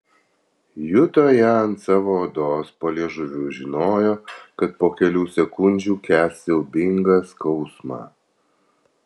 juto ją ant savo odos po liežuviu žinojo kad po kelių sekundžių kęs siaubingą skausmą